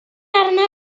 arna